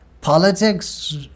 Politics